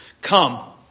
come